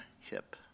hip